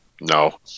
No